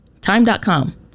Time.com